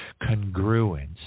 congruence